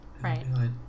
Right